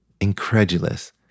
incredulous